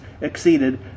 exceeded